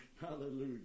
Hallelujah